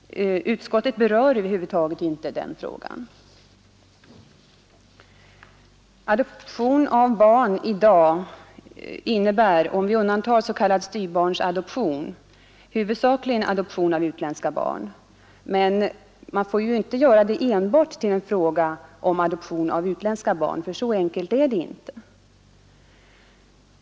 Utskottet berör över huvud taget inte den frågan. Adoption av barn innebär i dag, om vi undantar s.k. styvbarnsadoption, huvudsakligen adoption av utländska barn. Men man får ju inte göra adoptionen enbart till en fråga om adoption av utländska barn — så enkelt är det inte.